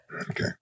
Okay